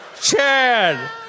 Chad